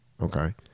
Okay